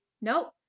Nope